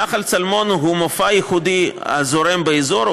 נחל צלמון הוא מופע ייחודי הזורם באזור,